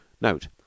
note